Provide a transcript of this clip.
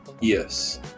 Yes